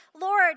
Lord